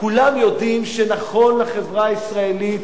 כולם יודעים שנכון לחברה הישראלית,